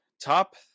top